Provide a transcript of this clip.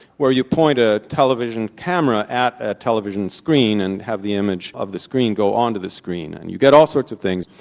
where you point a television camera at a television screen and have the image of the screen go on to the screen. and you get all sorts of things,